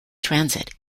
transit